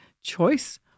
choice